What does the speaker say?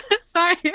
Sorry